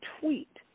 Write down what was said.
tweet